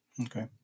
Okay